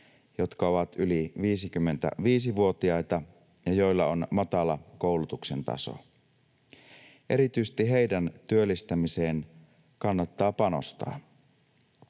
jotka ovat yli 55-vuotiaita ja joilla on matala koulutuksen taso. Erityisesti heidän työllistämiseensä kannattaa panostaa.